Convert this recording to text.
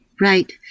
right